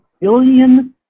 billion